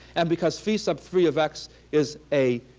and because phi sub three of x is a